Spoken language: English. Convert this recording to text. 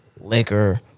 Liquor